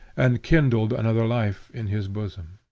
and kindled another life in his bosom.